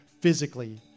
physically